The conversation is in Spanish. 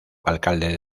alcalde